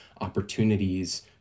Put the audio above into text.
opportunities